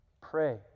pray